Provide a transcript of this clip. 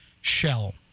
shell